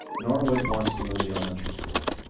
norwood wants to move the elementary school.